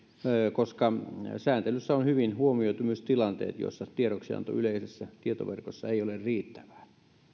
koska sääntelyssä on hyvin huomioitu myös tilanteet joissa tiedoksianto yleisessä tietoverkossa ei ole riittävää